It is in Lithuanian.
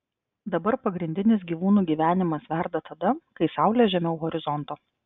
dabar pagrindinis gyvūnų gyvenimas verda tada kai saulė žemiau horizonto